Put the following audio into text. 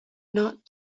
not